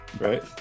right